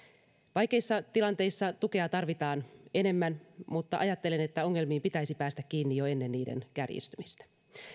vaikeissa tilanteissa tukea tarvitaan enemmän mutta ajattelen että ongelmiin pitäisi päästä kiinni jo ennen niiden kärjistymistä